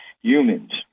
humans